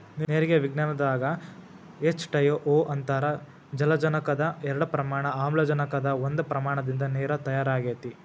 ನೇರಿಗೆ ವಿಜ್ಞಾನದಾಗ H two O ಅಂತಾರ ಜಲಜನಕದ ಎರಡ ಪ್ರಮಾಣ ಆಮ್ಲಜನಕದ ಒಂದ ಪ್ರಮಾಣದಿಂದ ನೇರ ತಯಾರ ಆಗೆತಿ